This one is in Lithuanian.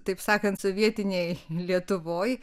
taip sakant sovietinėj lietuvoj